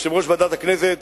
יושב-ראש ועדת הכנסת,